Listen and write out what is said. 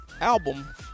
album